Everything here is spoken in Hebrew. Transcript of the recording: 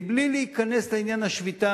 בלי להיכנס לעניין השביתה,